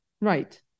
Right